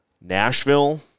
Nashville